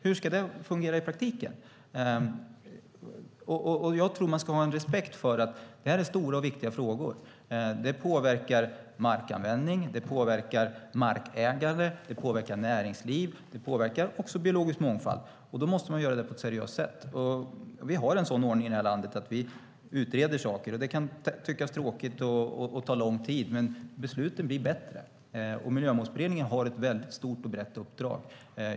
Hur ska det fungera i praktiken? Jag tror att man ska ha respekt för att detta är stora och viktiga frågor. De påverkar markanvändning, markägare, näringsliv och biologisk mångfald. Då måste man göra det på ett seriöst sätt. Vi har en sådan ordning i det här landet att vi utreder saker. Det kan tyckas tråkigt och ta lång tid, men besluten blir bättre. Miljömålsberedningen har ett mycket stort och brett uppdrag.